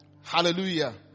Hallelujah